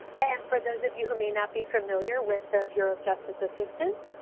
and for those of you who may not be familiar with the bureau of justice assistance,